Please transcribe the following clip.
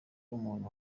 umuntu